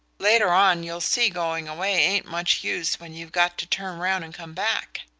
later on you'll see going away ain't much use when you've got to turn round and come back.